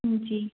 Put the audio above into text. ہوں جی